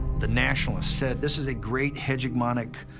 the nationalists said, this is a great hegemonic,